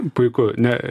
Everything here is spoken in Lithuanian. puiku ne